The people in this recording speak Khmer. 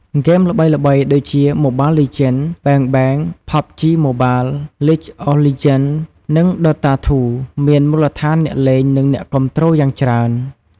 ហ្គេមល្បីៗដូចជា Mobile Legends: Bang Bang , PUBG Mobile, League of Legends, និង Dota 2 មានមូលដ្ឋានអ្នកលេង និងអ្នកគាំទ្រយ៉ាងច្រើន។